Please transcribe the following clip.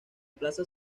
plaza